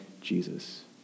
Jesus